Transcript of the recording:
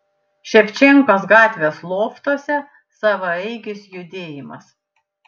ševčenkos gatvės loftuose savaeigis judėjimas